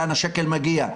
לאן מגיע השקל.